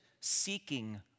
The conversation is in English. seeking